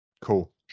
Cool